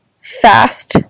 fast